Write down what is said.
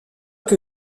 que